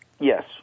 Yes